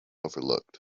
overlooked